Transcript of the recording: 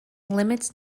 limits